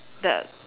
that